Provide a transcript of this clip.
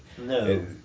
No